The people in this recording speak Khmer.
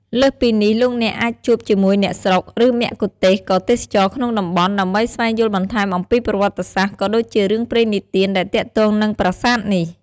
លើសពីនេះលោកអ្នកអាចជួបជាមួយអ្នកស្រុក ឬមគ្គទេសក៍ទេសចរណ៍ក្នុងតំបន់ ដើម្បីស្វែងយល់បន្ថែមអំពីប្រវត្តិសាស្ត្រ ក៏ដូចជារឿងព្រេងនិទានដែលទាក់ទងនឹងប្រាសាទនេះ។